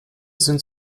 sind